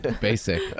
Basic